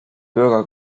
bürger